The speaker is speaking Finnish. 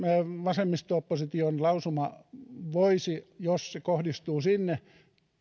vasemmisto opposition lausuma jos se kohdistuu sinne